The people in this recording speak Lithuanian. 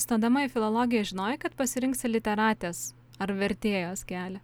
stodama į filologiją žinojai kad pasirinksi literatės ar vertėjos kelią